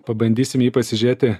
pabandysime jį pasižėti